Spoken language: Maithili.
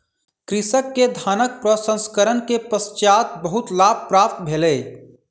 कृषक के धानक प्रसंस्करण के पश्चात बहुत लाभ प्राप्त भेलै